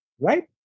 right